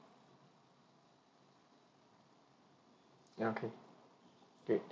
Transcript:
ya okay great